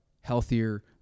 healthier